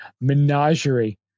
menagerie